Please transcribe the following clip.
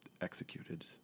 Executed